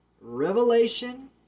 Revelation